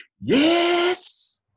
Yes